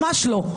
ממש לא.